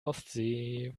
ostsee